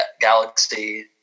Galaxy